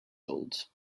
old